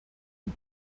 die